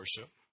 worship